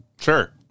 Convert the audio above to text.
Sure